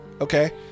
Okay